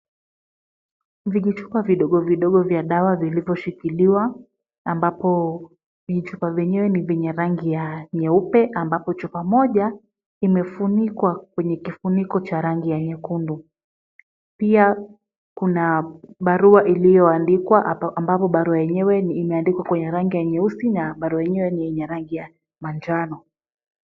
Vijichupa vidogo vidogo vya dawa vilivyo shikiliwa ambapo vichupa vyenyewe ni vyenye rangi ya nyeupe ambapo chupa moja, imefunikwa kwenye kifuniko cha rangi ya nyekundu. Pia kuna barua iliyoandikwa ambapo barua yenyewe imeandikwa kwenye rangi ya nyeusi na barua yenyewe ni ya rangi ya manjano.